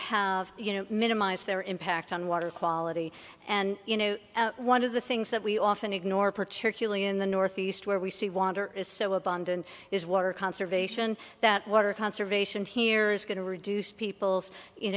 have you know minimize their impact on water quality and you know one of the things that we often ignore particularly in the northeast where we see water is so abundant is water conservation that water conservation here is going to reduce people's you